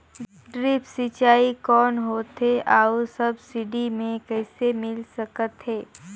Drip सिंचाई कौन होथे अउ सब्सिडी मे कइसे मिल सकत हे?